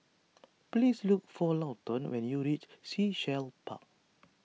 please look for Lawton when you reach Sea Shell Park